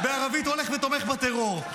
ובערבית הולך ותומך בטרור.